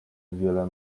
wiele